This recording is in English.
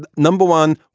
but number one,